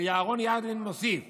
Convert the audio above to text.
ואהרן ידלין מוסיף